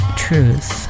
truth